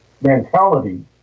mentality